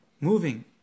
moving